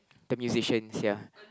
the musicians ya